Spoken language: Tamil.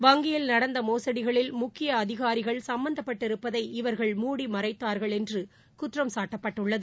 வங்கியில்நட ந்தமோசடிகளில்முக்கியஅதிகாரிகள்சம்மந்தப்பட்டிருப்ப தைஇவர்கள்மூடிமறைத்தார்கள்என்றுகுற்றம்சாட்டப்பட்டுள் ளது